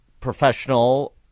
professional